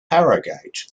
harrogate